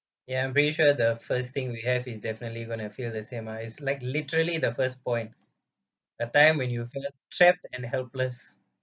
ya pretty sure the first thing we have is definitely gonna feel the same ah is like literally the first point a time when you feel trapped and helpless